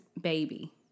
baby